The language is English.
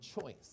choice